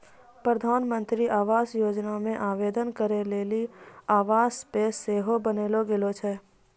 प्रधानमन्त्री आवास योजना मे आवेदन करै लेली आवास ऐप सेहो बनैलो गेलो छै